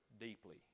deeply